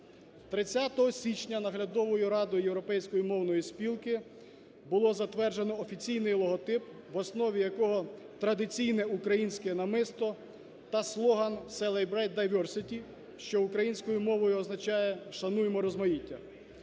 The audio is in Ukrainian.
30 січня Наглядовою радою Європейської мовної спілки було затверджено офіційний логотип, в основі якого традиційне українське намисто та слоган "Celebrate Diversity", що українською мовою означає "Шануймо розмаїття".